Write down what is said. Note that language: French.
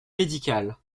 médicale